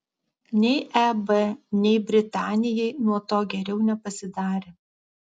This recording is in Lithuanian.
nei eb nei britanijai nuo to geriau nepasidarė